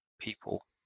people